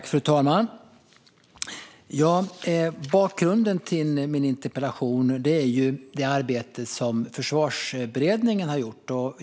Fru talman! Bakgrunden till min interpellation är det arbete som Försvarsberedningen har gjort.